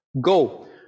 go